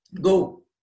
Go